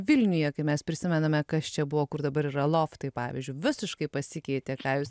vilniuje kai mes prisimename kas čia buvo kur dabar yra loftai pavyzdžiui visiškai pasikeitė ką jūs